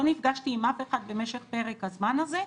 לא נפגשתי עם אף אחד במשך פרק הזמן הזה,